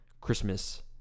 Christmas